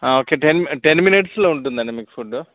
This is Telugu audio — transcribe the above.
ఓకే టెన్ టెన్ మినిట్స్లో ఉంటుందండి మీకు ఫుడ్